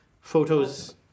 photos